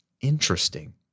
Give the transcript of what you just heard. interesting